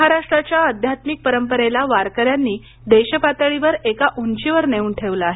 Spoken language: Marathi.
महाराष्ट्राच्या अध्यात्मिक परंपरेला वारकन्यांनी देशपातळीवर एका ऊंचीवर नेऊन ठेवलं आहे